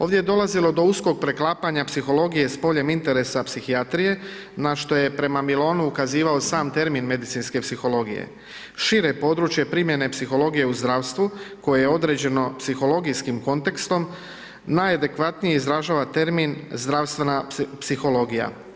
Ovdje je dolazilo do uskog preklapanja psihologije s poljem interesa psihijatrije na šta je prema Milonu ukazivao sam termin medicinske psihologije, šire područje primjene psihologije u zdravstvu koje je određeno psihologijskim kontekstom najadekvatnije izražava termin zdravstvena psihologija.